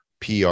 PR